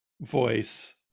voice